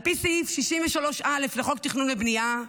על פי סעיף 63א לחוק תכנון ובנייה,